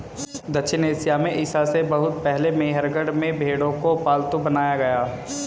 दक्षिण एशिया में ईसा से बहुत पहले मेहरगढ़ में भेंड़ों को पालतू बनाया गया